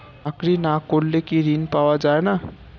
চাকরি না করলে কি ঋণ পাওয়া যায় না?